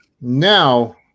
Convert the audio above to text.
now